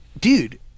dude